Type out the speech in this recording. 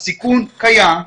הסיכון קיים,